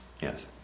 Yes